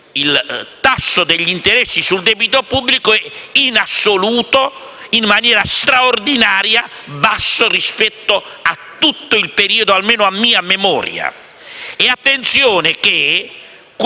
il tasso degli interessi sul debito pubblico è in assoluto, in maniera straordinaria, più basso rispetto a tutto il periodo precedente, almeno a mia memoria.